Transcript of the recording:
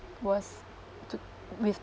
was to with